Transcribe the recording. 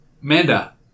Manda